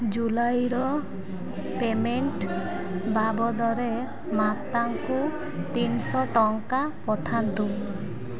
ଜୁଲାଇର payment ବାବଦରେ ମାତାଙ୍କୁ ତିନିଶହ ଟଙ୍କା ପଠାନ୍ତୁ